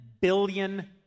billion